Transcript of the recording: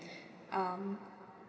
um